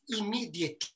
immediately